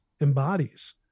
embodies